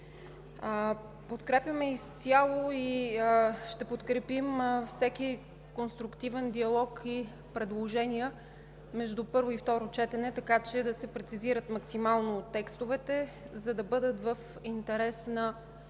Подкрепяме изцяло и ще подкрепим всеки конструктивен диалог и предложения между първо и второ четене, така че да се прецизират максимално текстовете, за да бъдат в интерес на